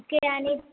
okay आणि